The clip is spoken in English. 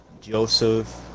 Joseph